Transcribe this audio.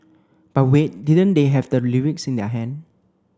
but wait didn't they have the lyrics in their hand